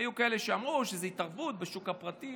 היו כאלה שאמרו שזה התערבות בשוק הפרטי.